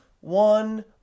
one